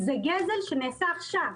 זה גזל שנעשה עכשיו,